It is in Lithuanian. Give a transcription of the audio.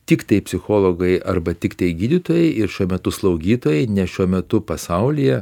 tiktai psichologai arba tiktai gydytojai ir šiuo metu slaugytojai nes šiuo metu pasaulyje